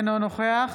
אינו נוכח